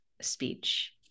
speech